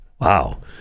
Wow